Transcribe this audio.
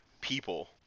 people